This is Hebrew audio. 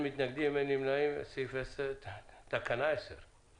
תודה, אין מתנגדים, אין נמנעים, תקנה 10 אושרה.